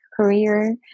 career